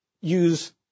use